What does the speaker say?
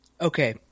Okay